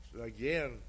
Again